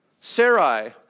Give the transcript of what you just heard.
Sarai